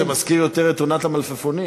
זה מזכיר יותר את עונת המלפפונים,